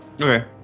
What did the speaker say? Okay